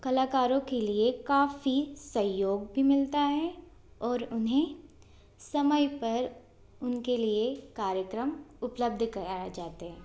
कलाकारों के लिए काफ़ी सहयोग भी मिलता है और उन्हें समय पर उनके लिए कार्यक्रम उपलब्ध कराया जाते हैं